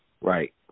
Right